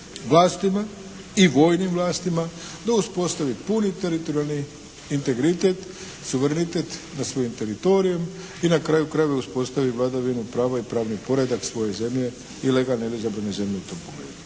vlastima i vojnim vlastima da uspostavi puni teritorijalni integritet, suverenitet nad svojim teritorijem. I na kraju krajeva uspostavi vladavinu prava i pravni poredak svoje zemlje i legalno izabrane …/Govornik